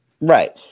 Right